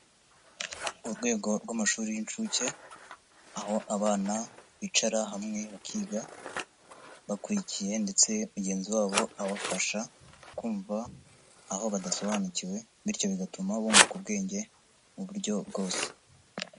Urwego rw'amashuri y'inshuke, aho abana bicara hamwe bakiga, bakurikiye ndetse mugenzi wabo abafasha kumva aho badasobanukiwe, bityo bigatuma bunguka ubwenge mu buryo bwose.